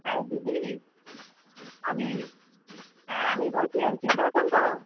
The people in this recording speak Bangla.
হ্যাঁ দিদি আমি হ্যাঁ আমি বলছি আপনি চিনতে পারছেন তো